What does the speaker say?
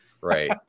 Right